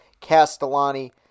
Castellani